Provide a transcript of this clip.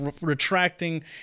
retracting